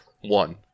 One